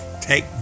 take